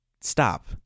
stop